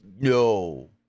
No